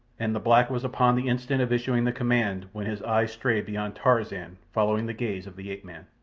and the black was upon the instant of issuing the command, when his eyes strayed beyond tarzan, following the gaze of the ape-man.